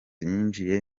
yinjije